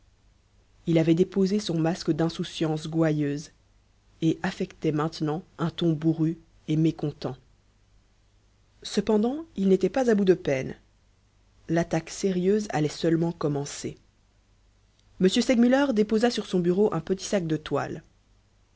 il avait déposé son masque d'insouciance gouailleuse et affectait maintenant un ton bourru et mécontent cependant il n'était pas à bout de peines l'attaque sérieuse allait seulement commencer m segmuller déposa sur son bureau un petit sac de toile